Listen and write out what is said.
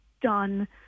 done –